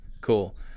Cool